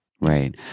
Right